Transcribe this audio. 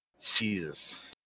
Jesus